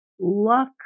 luck